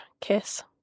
kiss